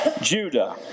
Judah